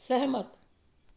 ਸਹਿਮਤ